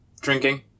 drinking